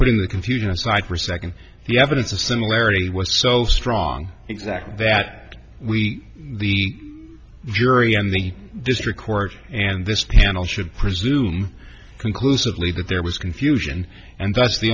putting the confusion aside for a second the evidence of similarity was so strong exactly that we the jury and the district court and this panel should presume conclusively that there was confusion and that's the